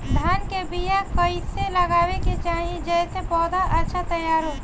धान के बीया कइसे लगावे के चाही जेसे पौधा अच्छा तैयार होखे?